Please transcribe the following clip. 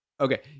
Okay